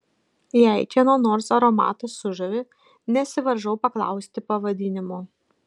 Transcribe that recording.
jei kieno nors aromatas sužavi nesivaržau paklausti pavadinimo